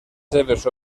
seves